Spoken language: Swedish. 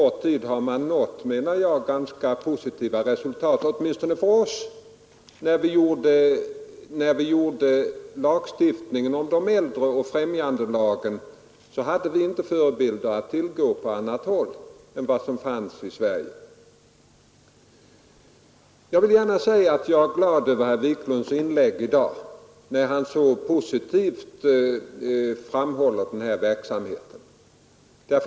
Fru talman! Först vill jag säga till herr Wiklund i Stockholm att jag hade den föreställningen att anpassningsgrupperna var en unik svensk företeelse, som har länsarbetsdirektör Magnus Olsson i Västernorrland till upphovsman. Jag hade inte vetskap om att det fanns några förebilder för sådan verksamhet. När vi i Sverige utformade äldrelagarna, hade vi inte några förebilder från anpassningsgrupper på annat håll, men under en relativt kort tid har man, anser jag, ändå uppnått ganska positiva resultat. Jag är glad över att herr Wiklund i sitt inlägg i dag uttalar sig så positivt om denna verksamhet.